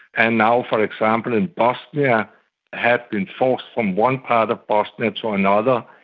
and now for example in bosnia yeah had been forced from one part of bosnia to another.